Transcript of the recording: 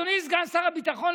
אדוני סגן שר הביטחון,